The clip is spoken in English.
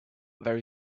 very